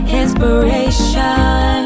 inspiration